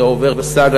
זה עובר סאגה.